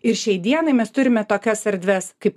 ir šiai dienai mes turime tokias erdves kaip